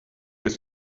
ist